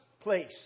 place